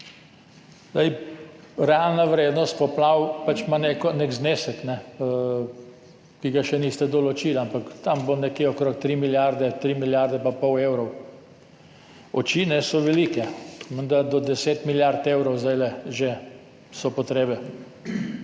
Realna vrednost poplav pač ima nek znesek, ki ga še niste določili, ampak bo tam nekje okrog 3 milijarde, 3,5 milijarde evra. Oči so velike, menda so do 10 milijard evrov zdaj že potrebe.